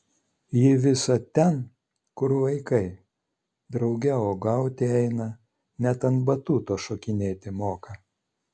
ji visad ten kur vaikai drauge uogauti eina net ant batuto šokinėti moka